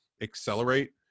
accelerate